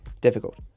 difficult